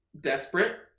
desperate